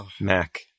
Mac